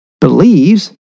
believes